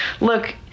look